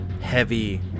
heavy